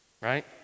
Right